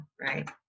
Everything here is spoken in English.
right